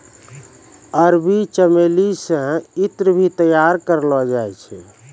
अरबी चमेली से ईत्र भी तैयार करलो जाय छै